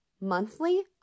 monthly